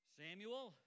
samuel